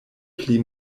pli